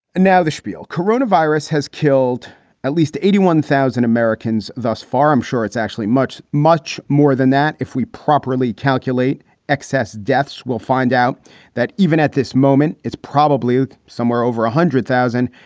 and now the spiel corona virus has killed at least eighty, one thousand americans. thus far, i'm sure it's actually much, much more than that if we properly calculate excess deaths. we'll find out that even at this moment, it's probably somewhere over one ah hundred thousand.